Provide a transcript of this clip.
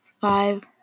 five